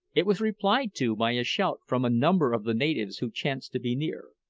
it was replied to by a shout from a number of the natives who chanced to be near.